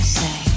say